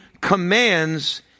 commands